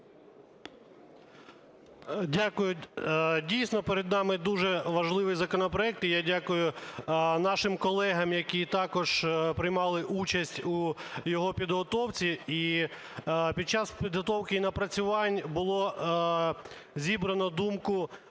Дякую. Дійсно перед нам дуже важливий законопроект і я дякую нашим колегам, які також приймали участь у його підготовці. І під час підготовки напрацювань було зібрано думку